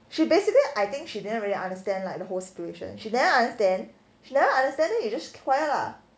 she basically I think she didn't really understand like the whole situation she never understand she never understand then you just quiet lah